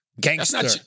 gangster